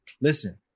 Listen